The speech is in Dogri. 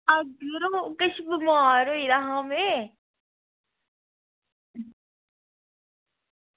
अग्ग यरो किश बमार होई गेदा हा में